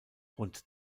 rund